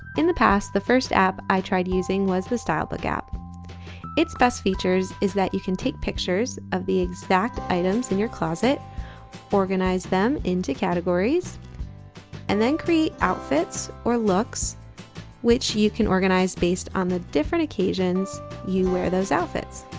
in the past the first app i tried using was the stylebook app its best features is that you can take pictures of the exact items in your closet organize them into categories and then create outfits or looks which you can organize based on the different occasions you wear those outfits